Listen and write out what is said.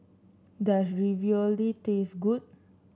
does Ravioli taste good